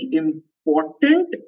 important